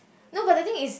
no but the thing is